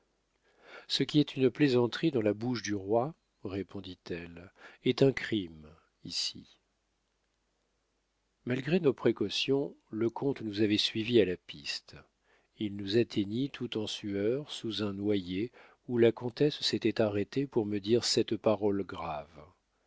ce qui est une plaisanterie dans la bouche du roi répondit-elle est un crime ici malgré nos précautions le comte nous avait suivis à la piste il nous atteignit tout en sueur sous un noyer où la comtesse s'était arrêtée pour me dire cette parole grave